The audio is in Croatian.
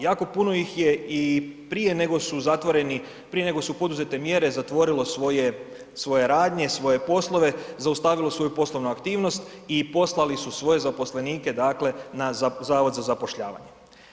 Jako puno ih je i prije nego su zatvoreni, prije nego su poduzete mjere, zatvorilo svoje radnje, svoje poslove, zaustavilo svoju poslovnu aktivnost i poslali su svoje zaposlenike, dakle na Zavod za zapošljavanje.